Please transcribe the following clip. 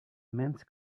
immense